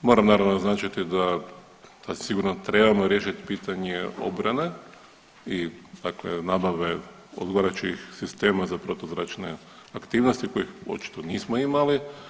Moram naravno naznačiti da sigurno trebamo riješiti pitanje obrane i dakle nabave odgovarajućih sistema za protuzračne aktivnosti kojih očito nismo imali.